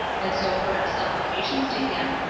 and so put up supplications to him,